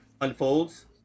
unfolds